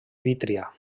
vítria